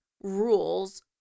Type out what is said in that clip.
rules